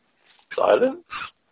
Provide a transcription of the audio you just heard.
Silence